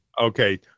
Okay